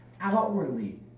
outwardly